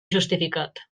justificat